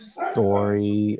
story